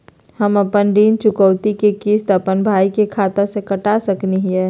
हम अपन ऋण चुकौती के किस्त, अपन भाई के खाता से कटा सकई हियई?